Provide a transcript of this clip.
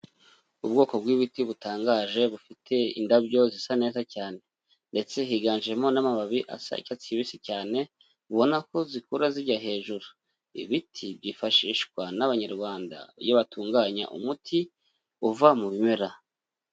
Ubwoko bw'ibiti butangaje bufite indabyo zisa neza cyane, ndetse higanjemo n'amababi asa icyatsi kibisi cyane, ubona ko zikura zijya hejuru. Ibiti byifashishwa n'Abanyarwanda iyo batunganya umuti uva mu bimera.